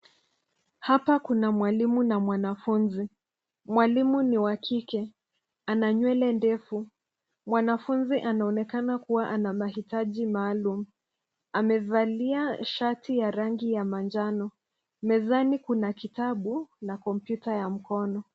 Hapa kuna mwalimu na mwanafunzi. Mwalimu ni wa kike. Ana nywele ndefu. Mwanafunzi anaonekana kua ana mahitaji maalumu. Amevalia shati ya rangi ya manjano. Mezani kuna kitabu na kompyuta ya mkono.